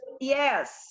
Yes